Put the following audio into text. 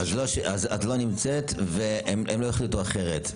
את לא נמצאת והם לא החליטו אחרת.